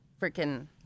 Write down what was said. freaking